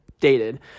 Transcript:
dated